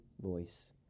voice